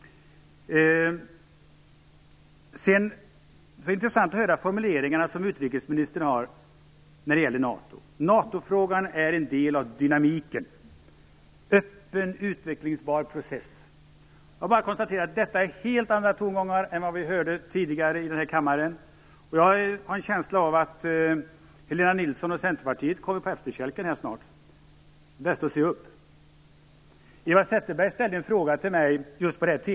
Det är intressant att höra utrikesministerns formuleringar när det gäller NATO. NATO-frågan är en del av dynamiken, en öppen utvecklinsprocess. Jag kan bara konstatera att detta är helt andra tongångar än vad vi tidigare har hört i den här kammaren. Jag har en känsla av att Helena Nilsson och Centerpartiet snart kommer på efterkälken. Det är bäst att se upp. Eva Zetterberg ställde en fråga till mig just på det här temat.